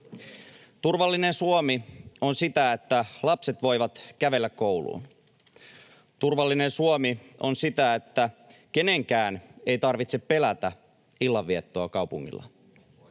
Turvallinen Suomi on sitä, että lapset voivat kävellä kouluun. Turvallinen Suomi on sitä, että kenenkään ei tarvitse pelätä illanviettoa kaupungilla.